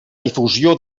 difusió